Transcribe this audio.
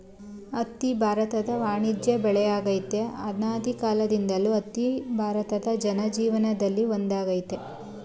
ಹತ್ತಿ ಭಾರತದ ವಾಣಿಜ್ಯ ಬೆಳೆಯಾಗಯ್ತೆ ಅನಾದಿಕಾಲ್ದಿಂದಲೂ ಹತ್ತಿ ಭಾರತ ಜನಜೀವನ್ದಲ್ಲಿ ಒಂದಾಗೈತೆ